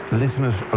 listeners